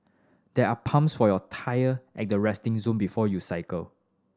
there are pumps for your tyre at the resting zone before you cycle